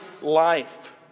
life